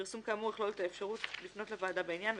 פרסום כאמור יכלול את האפשרות לפנות לוועדה בעניין,